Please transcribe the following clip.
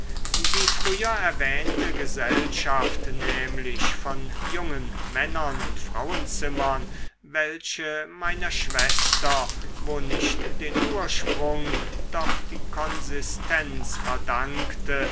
die früher erwähnte gesellschaft nämlich von jungen männern und frauenzimmern welche meiner schwester wo nicht den ursprung doch die konsistenz verdankte